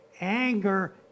anger